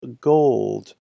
Gold